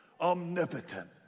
Omnipotent